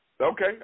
Okay